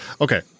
okay